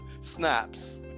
Snaps